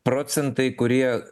procentai kurie